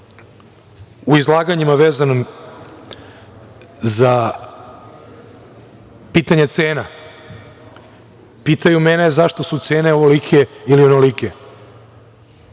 u izlaganjima vezanim za pitanje cena, pitaju mene zašto su cene ovolike ili onolike.